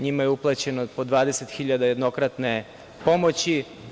Njima je uplaćeno po 20.000 dinara jednokratne pomoći.